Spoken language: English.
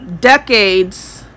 decades